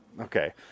Okay